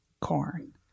corn